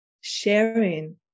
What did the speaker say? sharing